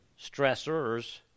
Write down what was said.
stressors